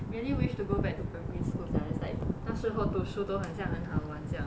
really wish to go back to primary school sia it's like 那时候读书都很像很好玩这样